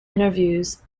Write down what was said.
interviews